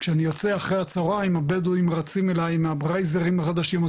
כשאני יוצא אחרי הצהריים הבדואים רצים אליי מהרייזרים החדשים,